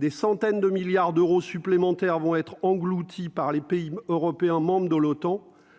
des centaines de milliards d'euros supplémentaires vont être engloutis par les pays européens membres de l'OTAN,